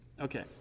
okay